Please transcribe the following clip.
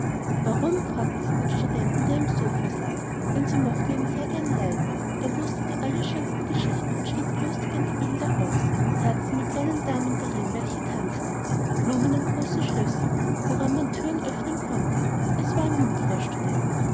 warum fragte sie den studenten der im sopha saß denn sie mochte ihn sehr gern leiden er wußte die allerschönsten geschichten und schnitt belustigende bilder aus herzen mit kleinen damen darin welche tanzten blumen und große schlösser woran man thüren öffnen konnte es war ein munterer student